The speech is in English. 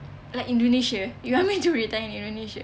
like indonesia you want me to retire in indonesia